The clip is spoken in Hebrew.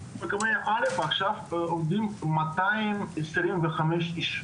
א' עכשיו עובדים מאתיים עשרים וחמישה איש.